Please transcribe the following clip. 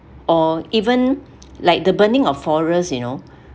or even like the burning of forests you know